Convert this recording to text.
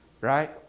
right